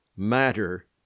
Matter